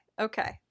Okay